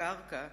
הקרקע,